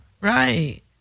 Right